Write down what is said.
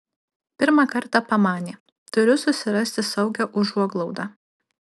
pirmą kartą pamanė turiu susirasti saugią užuoglaudą